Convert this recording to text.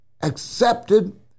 accepted